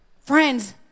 Friends